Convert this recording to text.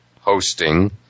hosting